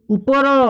ଉପର